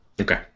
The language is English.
Okay